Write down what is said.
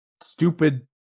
stupid